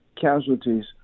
casualties